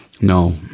no